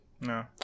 No